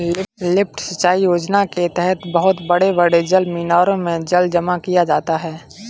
lift सिंचाई योजना के तहद बहुत बड़े बड़े जलमीनारों में जल जमा किया जाता है